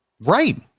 Right